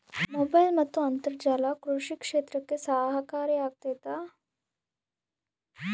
Mobile ಮತ್ತು ಅಂತರ್ಜಾಲ ಕೃಷಿ ಕ್ಷೇತ್ರಕ್ಕೆ ಸಹಕಾರಿ ಆಗ್ತೈತಾ?